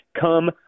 come